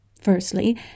Firstly